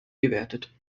gewertet